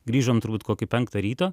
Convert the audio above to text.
grįžom turbūt kokį penktą ryto